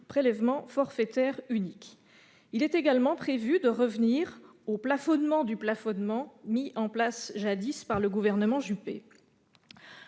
prélèvement forfaitaire unique. Il est également prévu de revenir au « plafonnement du plafonnement » mis en place jadis par le gouvernement Juppé.